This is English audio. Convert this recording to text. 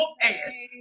ass